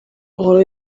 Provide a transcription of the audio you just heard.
nkuru